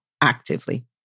actively